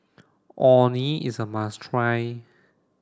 Orh Nee is a must try